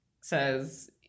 says